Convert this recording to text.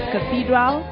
Cathedral